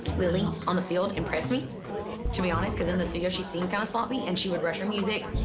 really, on the field impressed me to be honest. cause in the studio she seemed kind of sloppy and she would rush her music.